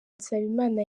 nsabimana